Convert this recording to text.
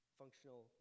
Functional